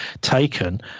taken